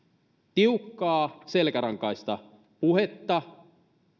tiukkaa selkärankaista puhetta